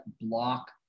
block